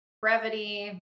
brevity